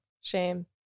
Shame